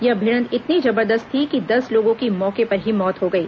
यह भिडंत इतनी जबरदस्त थी कि दस लोगों की मौके पर ही मौत हो गई